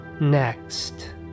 Next